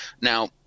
Now